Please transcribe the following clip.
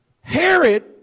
Herod